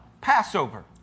Passover